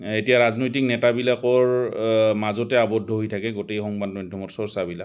এতিয়া ৰাজনৈতিক নেতাবিলাকৰ মাজতে আৱদ্ধ হৈ থাকে গোটেই সংবাদ মাধ্যমৰ চৰ্চাবিলাক